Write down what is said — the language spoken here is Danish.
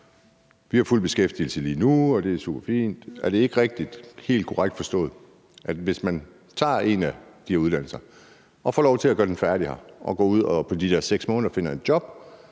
Vi har fuld beskæftigelse lige nu, og det er superfint. Er det ikke rigtigt og helt korrekt forstået, at hvis man tager en af de her uddannelser og får lov til at gøre den færdig her og går ud i løbet af de der 6 måneder og finder et job,